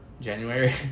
January